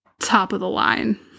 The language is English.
top-of-the-line